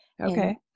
Okay